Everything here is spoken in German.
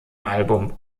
album